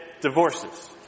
divorces